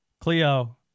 Cleo